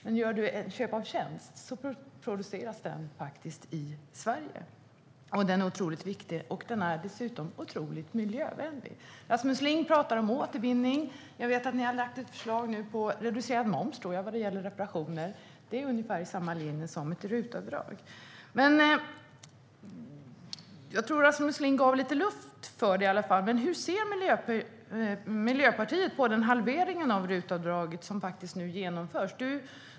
Men när du gör ett köp av tjänst produceras tjänsten faktiskt i Sverige. Den är otroligt viktig, och den är dessutom otroligt miljövänlig. Jag tror att Rasmus Ling gav lite luft åt det, men jag undrar: Hur ser Miljöpartiet på den halvering av RUT-avdraget som nu genomförs?